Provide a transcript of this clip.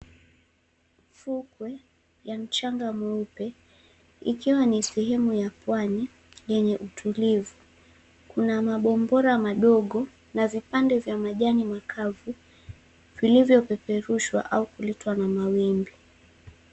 Fukwe ya mchanga mweupe ikiwa ni sehemu ya pwani yenye utulivu. Kuna mabombora madogo na vipande vya majani makavu vilivyopeperushwa au kuletwa na mawimbi.